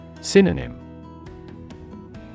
Synonym